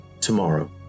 tomorrow